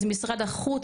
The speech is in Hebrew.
אז משרד החוץ,